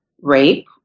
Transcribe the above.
rape